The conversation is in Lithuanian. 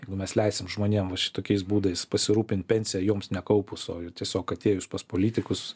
jeigu mes leisim žmonėm va šitokiais būdais pasirūpint pensija joms nekaupus o tiesiog atėjus pas politikus